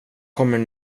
kommer